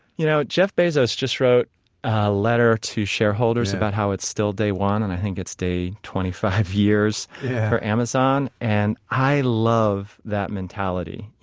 you know, jeff bezos just wrote a letter to shareholders about how it's still day one, and i think it's day twenty five years for amazon. and i love that mentality. you